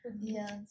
Yes